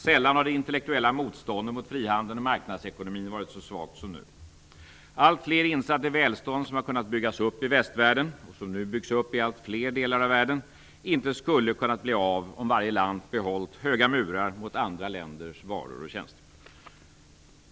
Sällan har det intellektuella motståndet mot frihandeln och marknadsekonomin varit så svagt som nu. Alltfler inser att det välstånd som har kunnat byggas upp i västvärlden, och som nu byggs upp i allt fler delar av världen, inte skulle kunnat bli av om varje land behållit höga murar mot andra länders varor och tjänster.